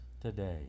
today